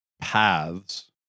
paths